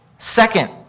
Second